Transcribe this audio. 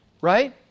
Right